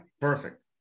Perfect